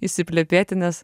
išsiplepėti nes